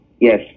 yes